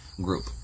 group